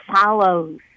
follows